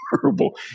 horrible